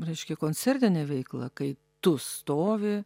reiškia koncertinė veikla kai tu stovi